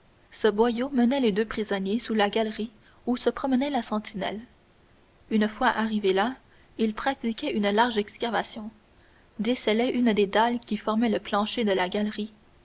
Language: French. ce boyau menait les deux prisonniers sous la galerie où se promenait la sentinelle une fois arrivés là ils pratiquaient une large excavation descellaient une des dalles qui formaient le plancher de la galerie